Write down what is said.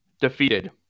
defeated